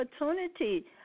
opportunity